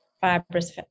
fibrous